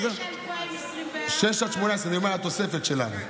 6 18. אני אומר: התוספת שלנו.